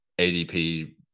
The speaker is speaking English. adp